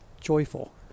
joyful